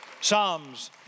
Psalms